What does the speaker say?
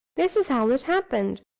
this is how it happened.